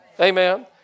Amen